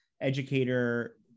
educator